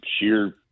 sheer